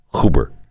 Huber